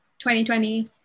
2020